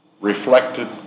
reflected